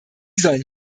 sollen